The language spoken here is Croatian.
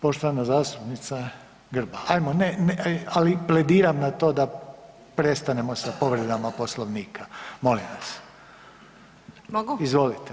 Poštovana zastupnica Grba, hajmo, ne, ne ali plediram na to da prestanemo sa povredama Poslovnika molim vas [[Upadica Grba Bujevića: Mogu?]] Izvolite.